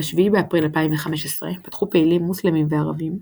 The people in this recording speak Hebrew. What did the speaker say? ב-7 באפריל 2015, פתחו פעילים מוסלמים וערבים,